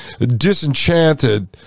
disenchanted